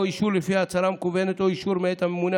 אישור לפי ההצהרה המקוונת או אישור מאת הממונה